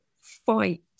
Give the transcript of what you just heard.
fight